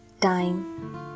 time